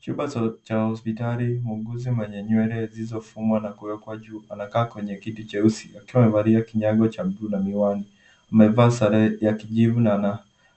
Chumba cha hospitali muuguzi mwenye nywele zilizofungwa na kuwekwa juu anakaa kwenye kiti cheusi akiwa amevalia kinyago cha mguu na miwani. Amevaa sare ya kijivu na